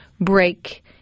break